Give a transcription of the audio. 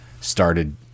started